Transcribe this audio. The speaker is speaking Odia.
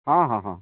ହଁ ହଁ ହଁ